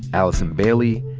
allison bailey,